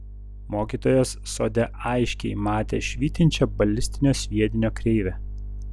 mokytojas sode aiškiai matė švytinčią balistinio sviedinio kreivę